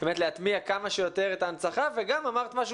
באמת להטמיע כמה שיותר את ההצנחה וגם אמרת משהו